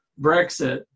Brexit